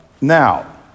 now